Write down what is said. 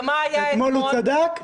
אתמול הוא צדק?